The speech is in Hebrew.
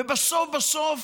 ובסוף, בסוף,